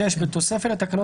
יימחק.